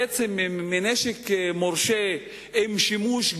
בעצם מנשק מורשה עם שימוש,